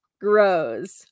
grows